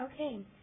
Okay